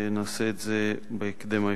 ונעשה את זה בהקדם האפשרי.